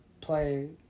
play